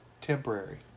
temporary